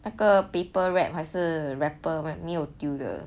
那个 paper wrap 还是 wrapper when 没有丢的